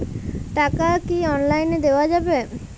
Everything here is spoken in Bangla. টাকা কি অনলাইনে দেওয়া যাবে?